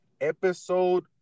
episode